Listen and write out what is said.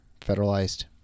federalized